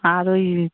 আর ওই